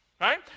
right